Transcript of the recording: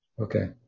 Okay